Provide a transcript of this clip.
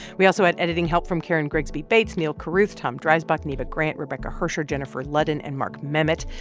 we also had editing help from karen grigsby bates, neal carruth, tom dreisbach, neva grant, rebecca hersher, jennifer ludden and mark memmott.